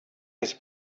his